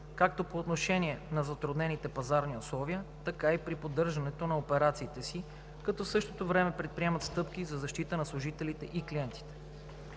както по отношение на затруднените пазарни условия, така и при поддържането на операциите си, като в същото време предприемат стъпки за защита на служителите и клиентите.